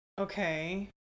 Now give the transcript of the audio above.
okay